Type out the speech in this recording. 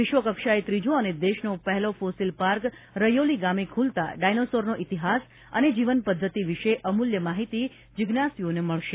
વિશ્વકક્ષાએ ત્રીજો અને દેશનો પહેલો ફોસિલ પાર્ક રૈયોલી ગામે ખુલતા ડાયનાસોરનો ઇતિહાસ અને જીવન પદ્ધતિ વિશે અમૂલ્ય માહિતી જિજ્ઞાસુઓને મળશે